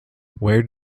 where